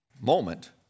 moment